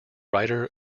writer